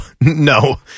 no